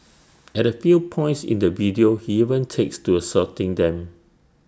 at A few points in the video she even takes to assaulting them